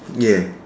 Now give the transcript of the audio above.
yes